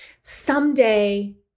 someday